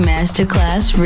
Masterclass